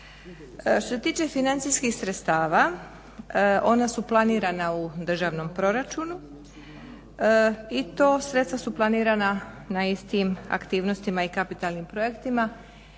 Što se tiče financijskih sredstava, ona su planirana u Državnom proračunu i to sredstva su planirana na istim aktivnostima i kapitalnim projektima